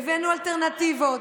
הבאנו אלטרנטיבות,